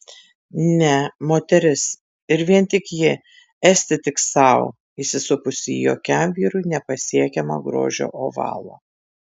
ne moteris ir vien tik ji esti tik sau įsisupusi į jokiam vyrui nepasiekiamą grožio ovalą